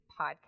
podcast